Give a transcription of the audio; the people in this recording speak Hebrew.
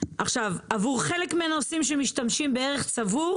עבור חלק מהנוסעים שמשתמשים בערך צבור